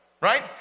right